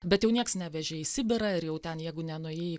bet jau nieks nevežė į sibirą ir jau ten jeigu nenuėjai į